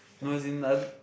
no as in uh